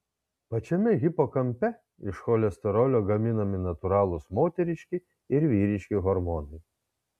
pačiame hipokampe iš cholesterolio gaminami natūralūs moteriški ir vyriški hormonai